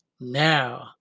Now